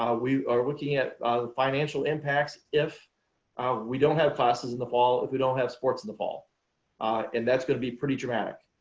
we are looking at the financial impacts. if um we don't have classes in the fall, if you don't have sports in the fall and that's going to be pretty dramatic,